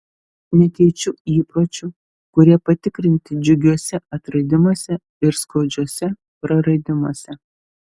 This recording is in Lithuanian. nekeičiu įpročių kurie patikrinti džiugiuose atradimuose ir skaudžiuose praradimuose